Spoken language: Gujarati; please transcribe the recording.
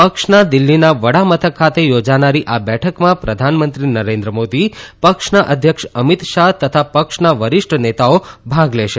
પક્ષના દિલ્હીના વડામથક ખાતે યોજાનારી આ બેઠકમાં પ્રધાનમંત્રી નરેન્દ્ર મોદી પક્ષના અધ્યક્ષ અમિત શાહ તથા પક્ષના વરિષ્ઠ નેતાઓ ભાગ લેશે